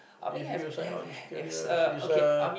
if you sign on the schedule is uh